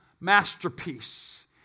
masterpiece